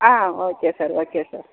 ah okay sir okay sir